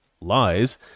lies